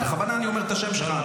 בכוונה אני אומר את השם שלך.